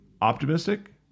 optimistic